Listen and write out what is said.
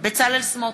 בצלאל סמוטריץ,